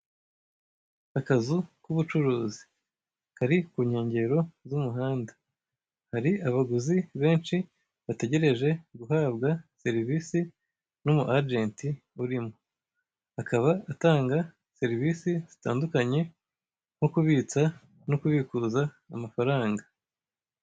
Akazu k'ubucuruzi kari ku nkengero z'umuhanda, hari abaguzi benshi bategereje guhabwa serivisi n'umu ajenti urimo; akaba atanga serivisi zitandukanye: nko kubitsa no kubikuza amafaranga.